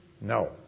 No